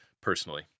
personally